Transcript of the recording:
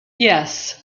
yes